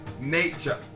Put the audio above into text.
nature